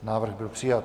Návrh byl přijat.